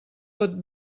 pot